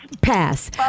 Pass